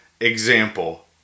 example